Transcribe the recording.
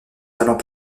talent